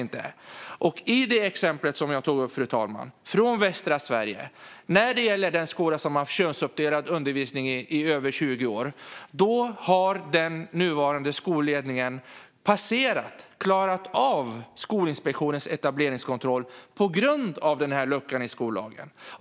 I det exempel jag tog upp från västra Sverige, fru talman, med skolan som haft könsuppdelad undervisning i över 20 år har den nuvarande skolledningen passerat och klarat av Skolinspektionens etableringskontroll på grund av den här luckan i skollagen.